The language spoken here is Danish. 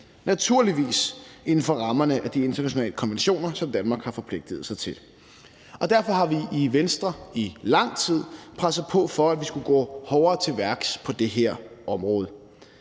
naturligvis inden for rammerne af de internationale konventioner, som Danmark har tilsluttet sig. Derfor har vi i Venstre i lang tid presset på for, at vi skulle gå hårdere til værks på det her område.